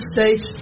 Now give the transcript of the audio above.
States